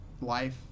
life